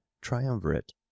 triumvirate